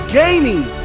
gaining